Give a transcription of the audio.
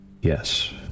Yes